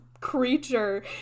creature